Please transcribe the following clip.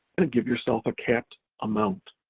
and give yourself a capped amount,